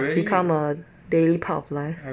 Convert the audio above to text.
this become a daily part of life